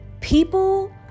people